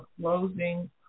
closing